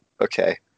Okay